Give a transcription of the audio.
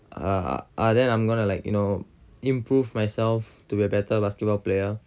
uh ah then I'm going to like you know improve myself to be a better basketball player